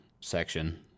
section